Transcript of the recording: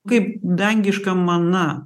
kaip dangiška mana